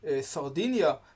Sardinia